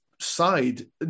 side